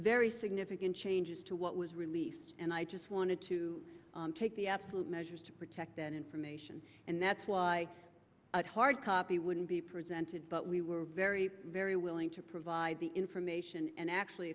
very significant changes to what was released and i just wanted to take the absolute measures to protect that information and that's why hard copy wouldn't be presented but we were very very willing to provide the information and actually